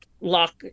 lock